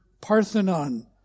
Parthenon